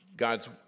God's